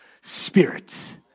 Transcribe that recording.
spirits